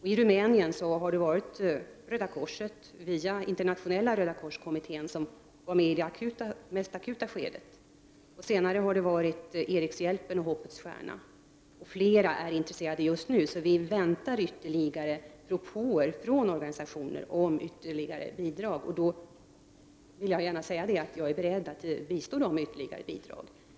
I Rumänien har Röda korset genom Internationella Röda kors-kommittén varit med i det mest akuta skedet. Senare har det varit Erikshjälpen och Hoppets stjärna. Det finns flera organisationer som är intresserade, så vi väntar ytterligare propåer från organisationer om bidrag, och jag är beredd att bistå dem med ytterligare bidrag.